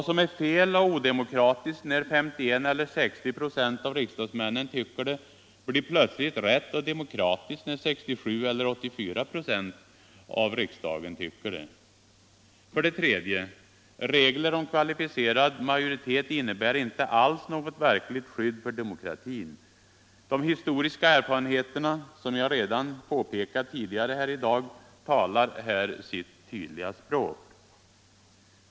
Vad som är fel och odemokratiskt när bara 51 26 eller 60 96 av riksdagsmännen tycker det, blir plötsligt rätt och demokratiskt när 67 96 eller 84 26 av riksdagen tycker det. För det tredje: Regler om kvalificerad majoritet innebär inte alls något verkligt skydd för demokratin. Som jag redan påpekat tidigare i dag, talar de historiska erfarenheterna här sitt tydliga språk.